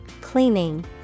cleaning